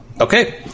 Okay